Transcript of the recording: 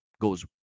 goes